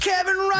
Kevin